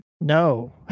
no